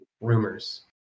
rumors